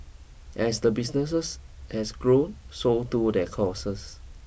as the businesses has grown so too their costs